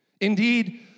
Indeed